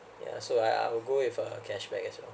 yeah so I I'll go with a cash back as well